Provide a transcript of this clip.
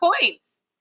points